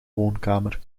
woonkamer